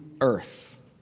earth